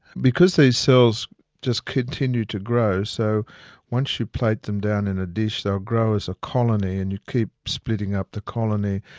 because these cells just continue to grow, so once you plate them down in a dish, they'll grow as a colony, and you keep splitting up the colony,